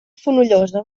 fonollosa